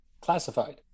classified